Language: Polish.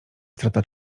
strata